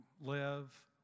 live